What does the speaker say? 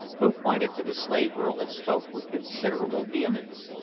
who pointed to the slave-girl, and spoke with considerable vehemence.